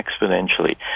exponentially